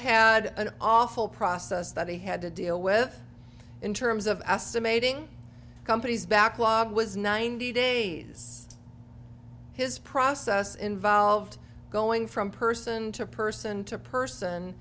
had an awful process that he had to deal with in terms of estimating companies backlog was ninety days his process involved going from person to person to person